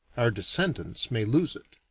our descendants may lose it.